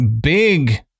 big